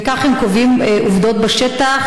וכך הם קובעים עובדות בשטח,